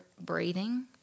breathing